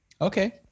Okay